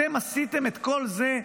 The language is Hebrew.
אתם עשיתם את כל זה,